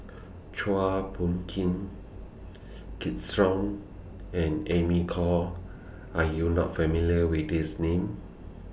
Chua Phung King Kids Song and Amy Khor Are YOU not familiar with These Names